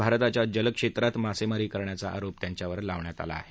भारताच्या जलक्षेत्रात मासेमारी करण्याचा आरोप त्यांच्यावर लावण्यात आला आहे